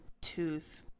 tooth